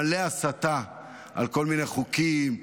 מלא הסתה על כל מיני חוקים,